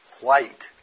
white